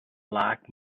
black